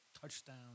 touchdown